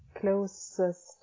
closest